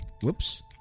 whoops